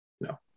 No